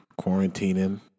quarantining